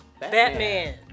Batman